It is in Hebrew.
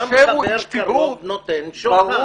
גם חבר קרוב נותן שוחד.